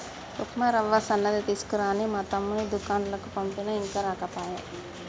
ఉప్మా రవ్వ సన్నది తీసుకురా అని మా తమ్ముణ్ణి దూకండ్లకు పంపిన ఇంకా రాకపాయె